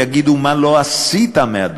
יגידו מה לא עשית מהדוח,